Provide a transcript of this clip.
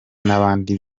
n’abandi